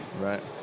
Right